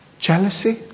jealousy